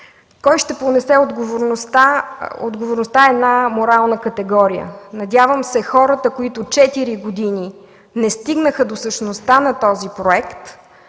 Кой ще понесе отговорността? Отговорността е морална категория. Надявам се хората, които четири години не стигнаха до същността на този проект,